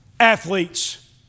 Athletes